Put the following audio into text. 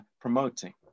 promoting